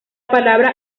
palabra